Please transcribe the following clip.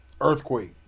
Earthquake